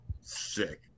Sick